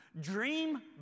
Dream